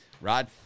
Rod